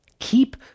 keep